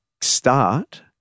start